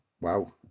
Wow